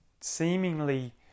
seemingly